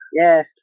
yes